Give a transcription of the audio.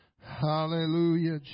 Hallelujah